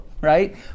right